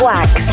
Wax